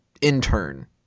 intern